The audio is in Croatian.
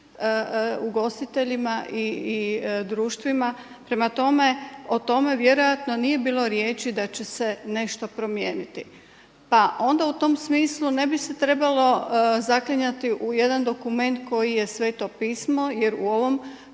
ugostiteljima i društvima. Prema tome, o tome vjerojatno nije bilo riječi da će se nešto promijeniti. Pa onda u tom smislu ne bi se trebalo zaklinjati u jedan dokument koji je Sveto pismo jer u ovom